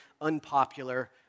unpopular